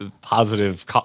positive